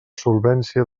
solvència